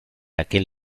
aquel